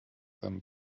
seinem